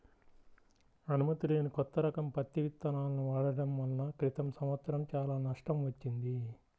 అనుమతి లేని కొత్త రకం పత్తి విత్తనాలను వాడటం వలన క్రితం సంవత్సరం చాలా నష్టం వచ్చింది